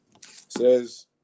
says